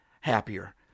happier